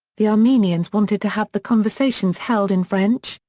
the armenians wanted to have the conversations held in french,